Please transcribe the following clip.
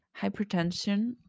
hypertension